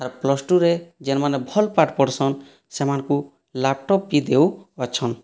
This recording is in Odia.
ଆର୍ ପ୍ଲସ ଟୁରେ ଯେନ୍ ମାନେ ଭଲ୍ ପାଠ ପଢ଼ସନ୍ ସେମାନଙ୍କୁ ଲ୍ୟାପଟପ୍ ବି ଦେଉ ଅଛନ୍